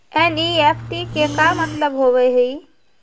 NEFT के का मतलव होव हई?